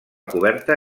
coberta